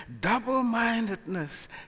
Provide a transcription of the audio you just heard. double-mindedness